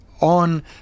on